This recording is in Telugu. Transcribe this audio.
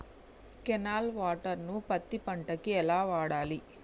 కెనాల్ వాటర్ ను పత్తి పంట కి ఎలా వాడాలి?